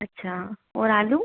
अच्छा और आलू